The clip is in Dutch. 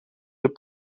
zijn